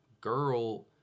girl